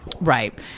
Right